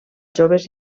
joves